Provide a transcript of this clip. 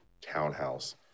townhouse